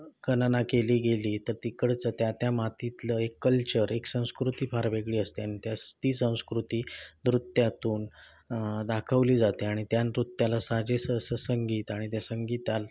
गणना केली गेली तर तिकडचं त्या त्या मातीतलं एक कल्चर एक संस्कृती फार वेगळी असते आणि त्या ती संस्कृती नृत्यातून दाखवली जाते आणि त्या नृत्याला साजेसं असं संगीत आणि त्या संगीताला